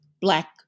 black